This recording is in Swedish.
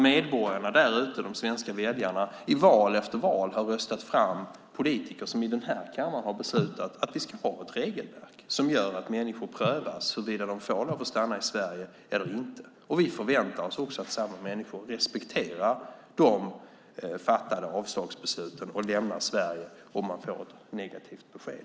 Medborgarna där ute, de svenska väljarna, har i val efter val röstat fram politiker som i den här kammaren har beslutat att vi ska ha ett regelverk som gör att människor prövas huruvida de får lov att stanna i Sverige eller inte. Vi förväntar oss också att människor respekterar de fattade avslagsbesluten och lämnar Sverige om de får ett negativt besked.